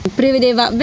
prevedeva